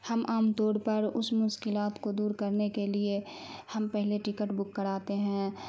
ہم عام طور پر اس مشکلات کو دور کرنے کے لیے ہم پہلے ٹکٹ بک کراتے ہیں